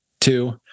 two